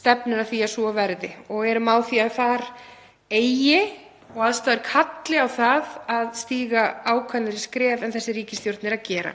stefnir að því að svo verði og erum á því að þar eigi, og aðstæður kalli á það, að stíga ákveðnari skref en þessi ríkisstjórn er að gera.